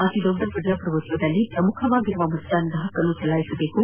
ಅತಿದೊದ್ದ ಪ್ರಜಾಪ್ರಭುತ್ವದಲ್ಲಿ ಪ್ರಮುಖವಾಗಿರುವ ಮತದಾನದ ಹಕ್ಕನ್ನು ಚಲಾಯಿಸಬೇಕು